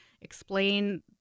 explain